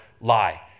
lie